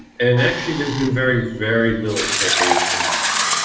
and actually there's been very very little change in that,